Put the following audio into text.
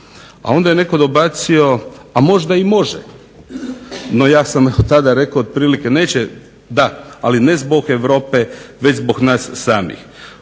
A onda je netko dobacio, a možda i može. No ja sam u tada otprilike rekao neće da, ali ne zbog Europe već zbog nas samih.